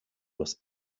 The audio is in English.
was